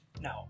No